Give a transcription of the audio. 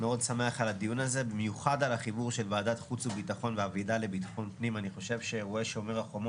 יו"ר ועדת ביטחון פנים: חברת הכנסת ענבר בזק,